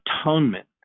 atonement